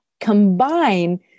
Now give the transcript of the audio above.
combine